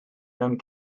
mewn